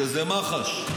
שזה מח"ש,